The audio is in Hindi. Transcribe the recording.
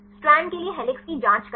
स्ट्रैंड के लिए हेलिक्स की जाँच करें